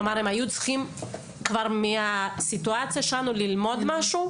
כלומר הם היו צריכים כבר מהסיטואציה שלנו ללמוד משהו,